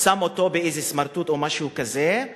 שם אותו באיזה סמרטוט או משהו כזה,